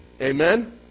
Amen